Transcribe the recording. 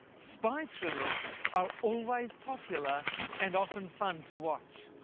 spy thrillers are always popular and often fun to watch.